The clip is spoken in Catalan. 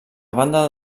banda